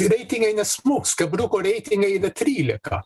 reitingai nesmuks gabriuko reitingai yra trylika